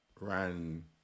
ran